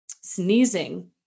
sneezing